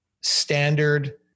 standard